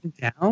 down